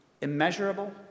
immeasurable